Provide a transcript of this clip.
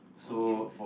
okay